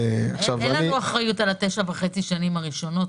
אין לנו אחריות על 9.5 שנים הראשונות.